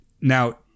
Now